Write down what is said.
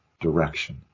direction